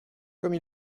comme